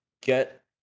get